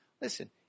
Listen